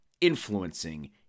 influencing